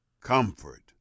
Comfort